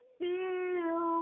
feel